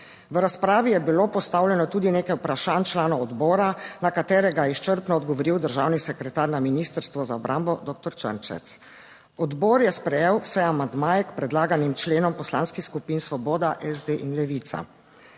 V razpravi je bilo postavljeno tudi nekaj vprašanj članov odbora na katerega, je izčrpno odgovoril državni sekretar na Ministrstvu za obrambo, doktor Črnčec. Odbor je sprejel vse amandmaje k predlaganim členom poslanskih skupin Svoboda, SD in Levica.